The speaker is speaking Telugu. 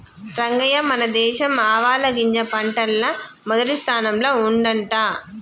రంగయ్య మన దేశం ఆవాలగింజ పంటల్ల మొదటి స్థానంల ఉండంట